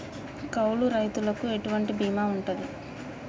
కౌలు రైతులకు ఎటువంటి బీమా ఉంటది?